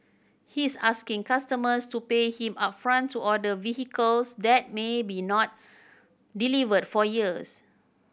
he's asking customers to pay him upfront to order vehicles that may be not delivered for years